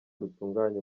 rutunganya